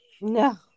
no